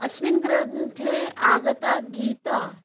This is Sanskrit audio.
अस्मिन् ग्रन्थे आगता गीता